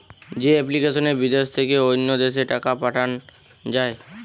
যে এপ্লিকেশনে বিদেশ থেকে অন্য দেশে টাকা পাঠান যায়